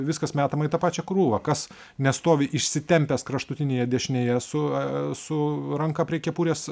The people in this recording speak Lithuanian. viskas metama į tą pačią krūvą kas nestovi išsitempęs kraštutinėje dešinėje su su ranka prie kepurės